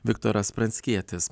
viktoras pranckietis